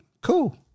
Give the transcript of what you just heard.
Cool